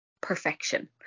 perfection